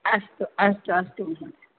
अस्तु अस्तु अस्तु महोदय